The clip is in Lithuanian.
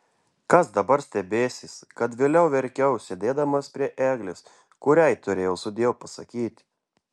kas dabar stebėsis kad vėliau verkiau sėdėdamas prie eglės kuriai turėjau sudiev pasakyti